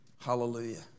Hallelujah